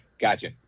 gotcha